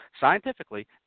scientifically